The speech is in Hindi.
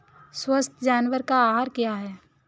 स्वस्थ जानवर का आहार क्या है?